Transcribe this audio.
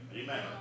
Amen